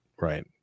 right